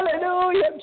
Hallelujah